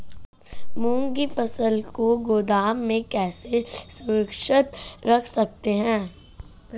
मूंग की फसल को गोदाम में कैसे सुरक्षित रख सकते हैं?